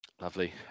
Lovely